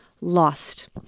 lost